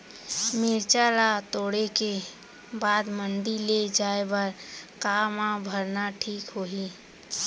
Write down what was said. मिरचा ला तोड़े के बाद मंडी ले जाए बर का मा भरना ठीक होही?